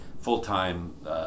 full-time